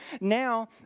now